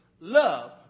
Love